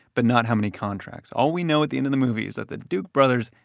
but not how many contracts. all we know at the end of the movie is that the duke brothers,